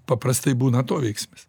paprastai būna atoveiksmis